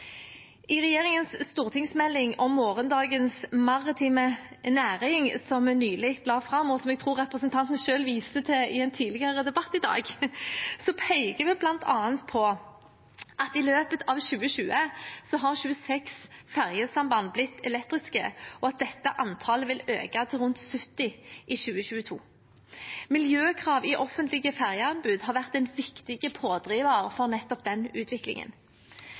I regjeringens stortingsmelding om morgendagens maritime næring, som vi nylig la fram, og som jeg tror representanten selv viste til i en tidligere debatt i dag, peker vi bl.a. på at 26 fergesamband er blitt elektriske i løpet av 2020, og at dette antallet vil øke til rundt 70 i 2022. Miljøkrav i offentlige fergeanbud har vært en viktig pådriver for nettopp den utviklingen.